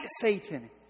Satan